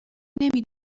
نمی